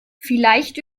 vielleicht